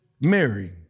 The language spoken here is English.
Mary